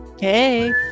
hey